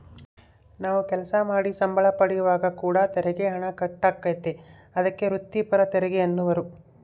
ನಾವು ಕೆಲಸ ಮಾಡಿ ಸಂಬಳ ಪಡೆಯುವಾಗ ಕೂಡ ತೆರಿಗೆ ಹಣ ಕಟ್ ಆತತೆ, ಅದಕ್ಕೆ ವ್ರಿತ್ತಿಪರ ತೆರಿಗೆಯೆನ್ನುವರು